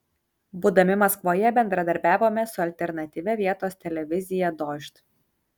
būdami maskvoje bendradarbiavome su alternatyvia vietos televizija dožd